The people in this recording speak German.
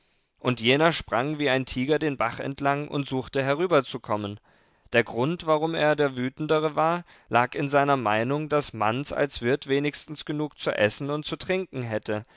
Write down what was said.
und jener sprang wie ein tiger den bach entlang und suchte herüberzukommen der grund warum er der wütendere war lag in seiner meinung daß manz als wirt wenigstens genug zu essen und zu trinken hätte